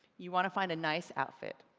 you want to find a nice outfit.